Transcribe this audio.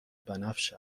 بنفش